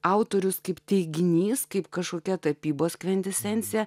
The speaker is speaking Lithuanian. autorius kaip teiginys kaip kažkokia tapybos kvintesencija